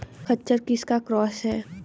खच्चर किसका क्रास है?